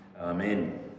Amen